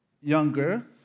younger